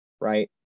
right